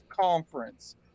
conference